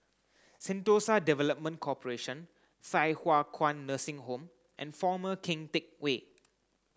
Sentosa Development Corporation Thye Hua Kwan Nursing Home and Former Keng Teck Whay